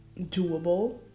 doable